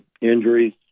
injuries